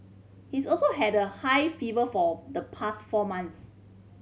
he's also had a high fever for the past four months